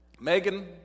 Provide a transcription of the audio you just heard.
Megan